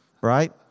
right